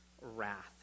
wrath